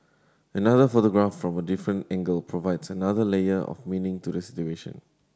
another photograph from a different angle provides another layer of meaning to the situation